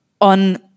on